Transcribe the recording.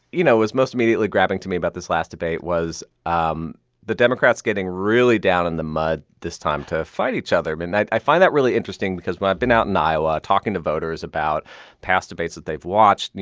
you know, is most immediately grabbing to me about this last debate was um the democrats getting really down in the mud this time to fight each other. i mean, i i find that really interesting because when i've been out in iowa talking to voters about past debates that they've watched, you